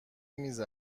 میز